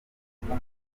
tuvuge